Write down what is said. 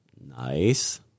Nice